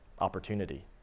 opportunity